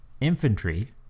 infantry